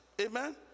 Amen